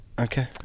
Okay